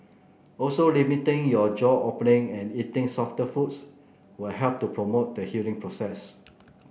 also limiting your jaw opening and eating softer foods will help to promote the healing process